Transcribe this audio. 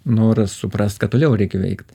noras suprast ką toliau reikia veikt